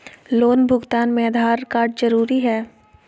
Loan भुगतान में Aadhaar card जरूरी है?